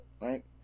right